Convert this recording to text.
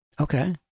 Okay